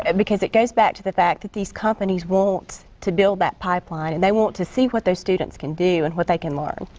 and because it goes back to the fact that these companies want to build that pipeline and they want to see what their students can do and what they can learn.